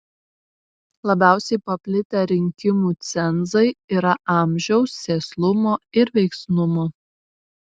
labiausiai paplitę rinkimų cenzai yra amžiaus sėslumo ir veiksnumo